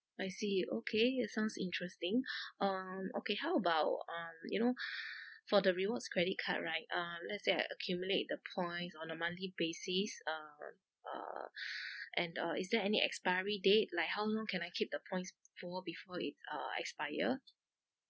I see okay that sounds interesting um okay how about um you know for the rewards credit card right um let's say I accumulate the points on a monthly basis um uh and uh is there any expiry date like how long can I keep the points for before it uh expire